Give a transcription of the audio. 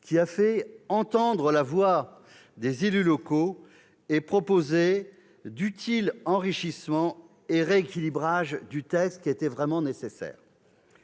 : il a fait entendre la voix des élus locaux et proposé d'utiles enrichissements et rééquilibrages du texte, qui étaient nécessaires.